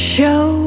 Show